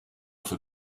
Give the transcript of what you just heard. for